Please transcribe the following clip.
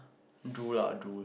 do lah do